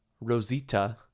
Rosita